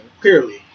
clearly